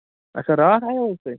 اَچھا راتھ آیہِ وٕ حظ تُہۍ